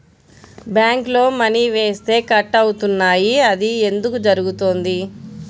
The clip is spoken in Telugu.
బ్యాంక్లో మని వేస్తే కట్ అవుతున్నాయి అది ఎందుకు జరుగుతోంది?